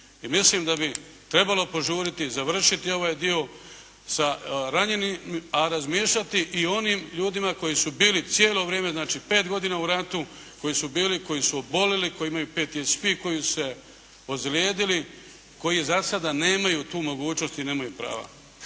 mislim da bi trebalo požuriti završiti ovaj dio sa ranjenim, a razmišljati i o onim ljudima koji su bili cijelo vrijeme, znači pet godina u ratu, koji su bili, koji su obolili, koji imaju PTSP, koji su se ozlijedili, koji za sada nemaju tu mogućnost i nemaju prava.